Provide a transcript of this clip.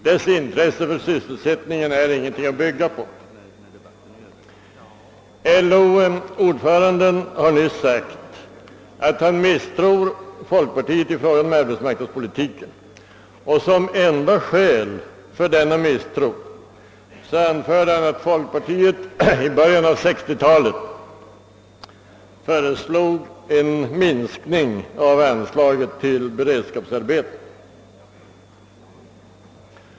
Dess intresse för sysselsättningen anses inte vara någonting att bygga på. LO-ordföranden har nyligen sagt att han misstror folkpartiet i fråga om arbetsmarknadspolitiken och som enda skäl för denna misstro anfört att folkpartiet i början av 1960-talet föreslog en minskning av anslaget till beredskapsarbeten.